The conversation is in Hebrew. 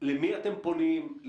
למי אתם פונים?